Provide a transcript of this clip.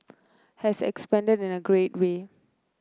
has expanded in a great way